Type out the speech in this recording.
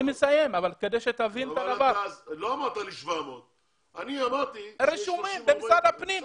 לא אמרת לי 700. רשומים במשרד הפנים.